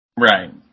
Right